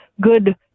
good